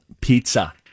Pizza